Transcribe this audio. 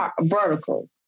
vertical